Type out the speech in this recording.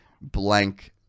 blank